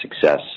success